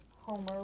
Homer